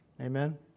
Amen